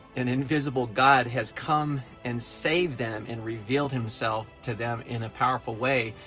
an invisible god has come and saved them and revealed himself to them in a powerful way.